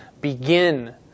begin